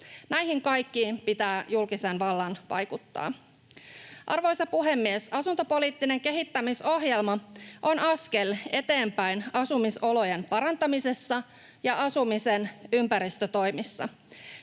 Näihin kaikkiin pitää julkisen vallan vaikuttaa. Arvoisa puhemies! Asuntopoliittinen kehittämisohjelma on askel eteenpäin asumisolojen parantamisessa ja asumisen ympäristötoimissa.